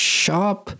shop